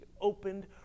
opened